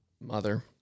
mother